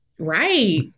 Right